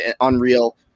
unreal